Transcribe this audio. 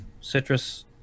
citrus